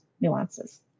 nuances